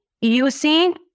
using